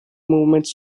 movements